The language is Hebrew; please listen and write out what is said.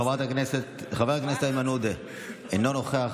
חבר הכנסת איימן עודה, אינו נוכח.